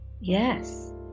Yes